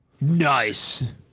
Nice